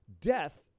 death